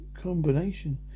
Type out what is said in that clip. combination